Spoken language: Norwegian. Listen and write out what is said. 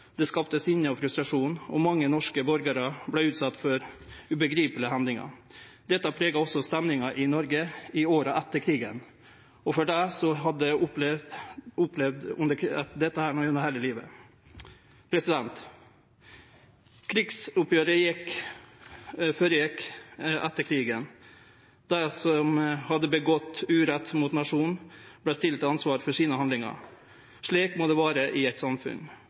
og frustrasjon, og mange norske borgarar vart utsette for ubegripelege hendingar. Dette prega også stemninga i Noreg i åra etter krigen, og det prega også dei som opplevde dette, heile livet. Krigsoppgjeret føregjekk etter krigen. Dei som hadde gjort urett mot nasjonen, vart stilte til ansvar for handlingane sine. Slik må det vere i eit samfunn.